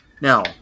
Now